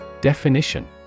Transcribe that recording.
Definition